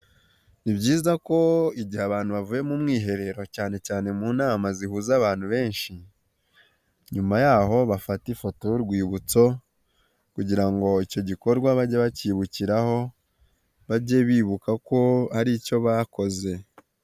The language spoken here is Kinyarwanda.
Ni byiza ko igihe abantu bavuye mu mwiherero cyane cyane mu nama zihuza abantu benshi, nyuma yaho bafata ifoto y'urwibutso, kugira ngo icyo gikorwa bajye bakibukiraho, bajye bibuka ko hari icyo bakoze.